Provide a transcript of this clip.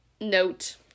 note